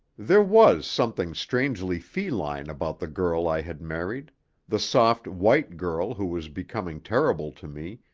there was something strangely feline about the girl i had married the soft, white girl who was becoming terrible to me,